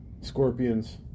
scorpions